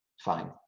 fine